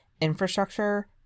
infrastructure